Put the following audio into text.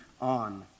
on